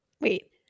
Wait